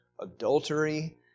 adultery